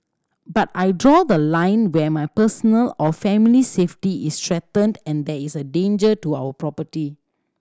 but I draw the line when my personal or family's safety is threatened and there is danger to our property